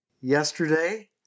yesterday